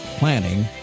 planning